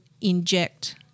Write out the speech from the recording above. inject